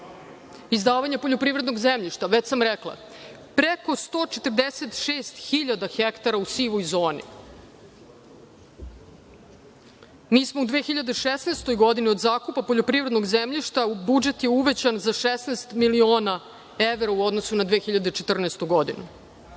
država. Izdavanje poljoprivrednog zemljišta, već sam rekla, preko 146.000 ha u sivoj zoni. Mi smo u 2016. godini od zakupa poljoprivrednog zemljišta, budžet je uvećan za 16 miliona evra u odnosu na 2014. godinu.